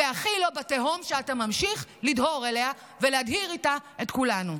והכי לא בתהום שאתה ממשיך לדהור אליה ולהדהיר אליה את כולנו.